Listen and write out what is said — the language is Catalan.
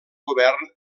govern